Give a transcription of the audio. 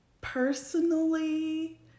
personally